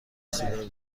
سیگار